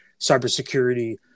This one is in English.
cybersecurity